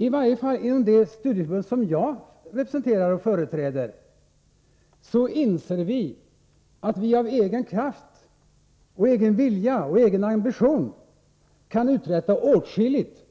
I varje fall inom det studieförbund som jag representerar inser vi att vi av egen kraft, egen vilja och egen ambition kan uträtta åtskilligt,